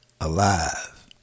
alive